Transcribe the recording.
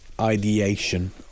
ideation